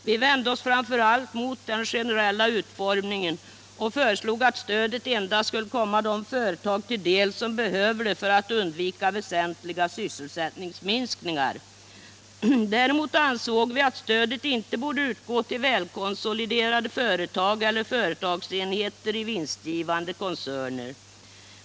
Vi vände oss framför allt mot den generella utformningen och föreslog att stödet endast skulle komma de företag till del som behöver det för att undvika väsentliga sysselsättningsminskningar. Däremot ansåg vi att stödet inte borde utgå till välkonsoliderade företag eller företagsenheter i vinstgivande koncerner.